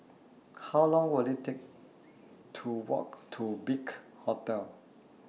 How Long Will IT Take to Walk to Big Hotel